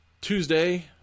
Tuesday